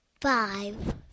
five